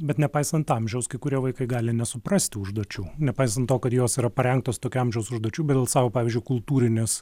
bet nepaisant amžiaus kai kurie vaikai gali nesuprasti užduočių nepaisan to kad jos yra parengtos tokio amžiaus užduočių bet dėl savo pavyzdžiui kultūrinės